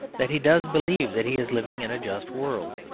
that he does believe that he is living in a just world.